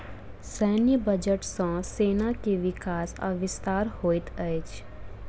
सैन्य बजट सॅ सेना के विकास आ विस्तार होइत अछि